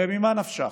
הרי ממה נפשך,